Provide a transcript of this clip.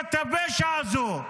קואליציית הפשע הזו,